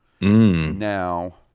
Now